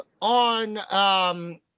on